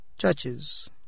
churches